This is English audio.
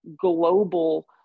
global